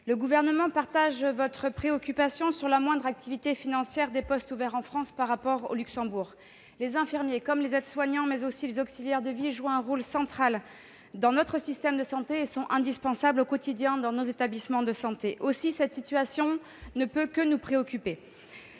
le Gouvernement partage votre préoccupation quant à la moindre attractivité financière des postes ouverts en France. Les infirmiers, comme les aides-soignants et les auxiliaires de vie, jouent un rôle central dans notre système de santé et sont indispensables, au quotidien, au fonctionnement de nos établissements de santé. Aussi cette situation ne peut-elle que nous préoccuper.